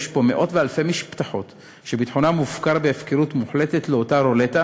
יש פה מאות ואלפי משפחות שביטחונן מופקר הפקרה מוחלטת לאותה רולטה